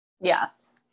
Yes